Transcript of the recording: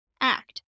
Act